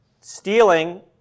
Stealing